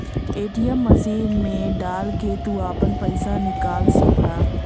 ATM machine मे डाल के तू आपन पइसा निकाल सकला